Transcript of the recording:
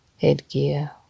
headgear